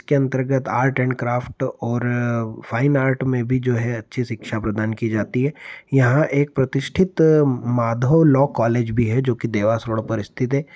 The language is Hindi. इसके अंतर्गत आर्ट एंड क्राफ्ट और फ़ाईन आर्ट में भी जो है अच्छी शिक्षा प्रदान की जाती है यहाँ एक प्रतिष्ठित माधव लॉ कालेज भी है जो कि देवास रोड पर स्थित है